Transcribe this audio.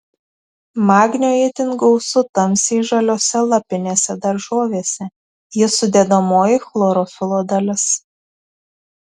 magnio itin gausu tamsiai žaliose lapinėse daržovėse jis sudedamoji chlorofilo dalis